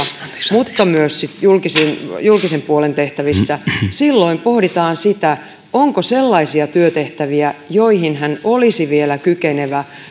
mutta myös julkisen julkisen puolen tehtävissä on näin silloin pohditaan sitä onko sellaisia työtehtäviä joihin hän olisi vielä kykenevä